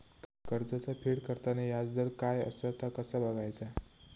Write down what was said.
कर्जाचा फेड करताना याजदर काय असा ता कसा बगायचा?